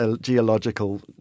geological